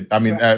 i mean,